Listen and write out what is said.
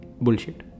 bullshit